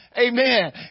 Amen